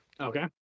okay